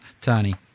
Tony